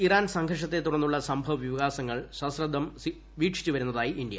Iran സംഘർഷത്തെ തുടർന്നുള്ള സംഭവ വികാസങ്ങൾ സശ്രഭ്ധം വീക്ഷിച്ചുവരുന്നതായി ഇന്ത്യ